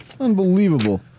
unbelievable